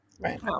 Right